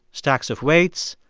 stacks of weights,